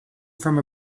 from